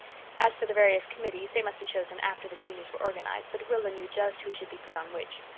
as for the various committees, they must be chosen after the juniors were organized, but rilla knew just who should be put on which.